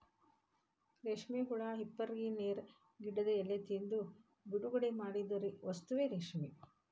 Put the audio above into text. ರೇಶ್ಮೆ ಹುಳಾ ಹಿಪ್ಪುನೇರಳೆ ಗಿಡದ ಎಲಿ ತಿಂದು ಬಿಡುಗಡಿಮಾಡಿದ ವಸ್ತುವೇ ರೇಶ್ಮೆ